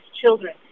children